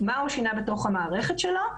מה הוא שינה בתוך המערכת שלו.